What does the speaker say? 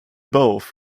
both